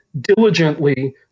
diligently